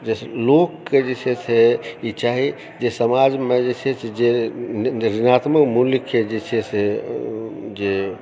लोकके जे छै से ई चाही जे समाजमे जे छै से जे निर्णात्मक मूल्यके जे छै से जे